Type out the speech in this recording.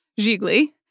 Gigli